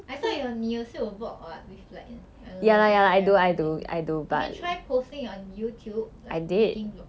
I thought your 你也是有 vlog what with like I don't know instagram or something you can try posting on youtube like making vlogs